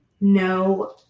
no